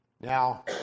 Now